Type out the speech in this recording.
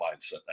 mindset